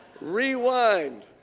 Rewind